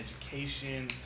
education